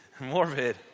morbid